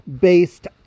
based